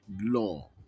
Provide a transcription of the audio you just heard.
law